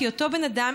כי אותו בן אדם,